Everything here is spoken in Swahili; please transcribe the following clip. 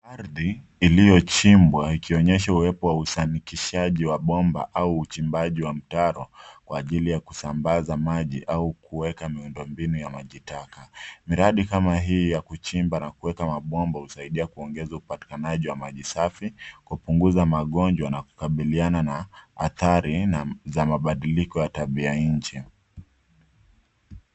Ardhi iliyochimbwa ikionyesha uwepo wa usanikishaji wa bomba au uchimbaji wa mitaro, kwa ajili ya kusambaza maji kuweka miundo mbinu ya maji taka. Miradi kama hii ya kuchimba na kuweka mabomba husaidia kuongeza upatikanaji wa maji safi, kupunguza magonjwa na kukabiliana na athari za mabadiliko ya tabia nchi.